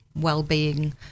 well-being